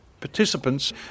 participants